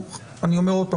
אני אומר עוד פעם,